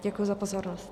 Děkuji za pozornost.